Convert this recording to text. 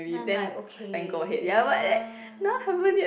then I'm like okay ya